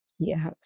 Yes